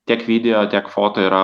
tiek video tiek foto yra